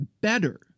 better